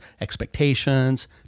expectations